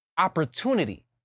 opportunity